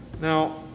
Now